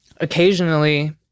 Occasionally